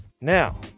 Now